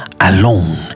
alone